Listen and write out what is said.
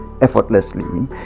effortlessly